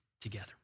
together